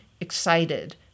excited